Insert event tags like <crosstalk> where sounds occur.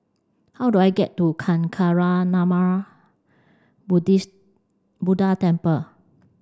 how do I get to Kancanarama <unintelligible> Buddha Temple